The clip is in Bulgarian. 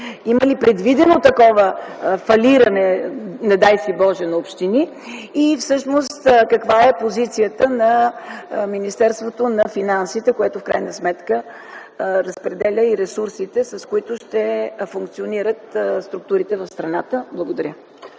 Има ли предвидено такова фалиране, не дай си Боже, на общини? Всъщност каква е позицията на Министерството на финансите, което в крайна сметка разпределя и ресурсите, с които ще функционират структурите в страната? Благодаря.